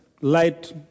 light